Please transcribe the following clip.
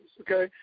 okay